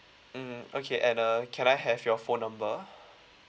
mm okay and uh can I have your phone number